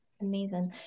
Amazing